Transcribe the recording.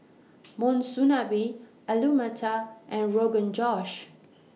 Monsunabe Alu Matar and Rogan Josh